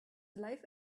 life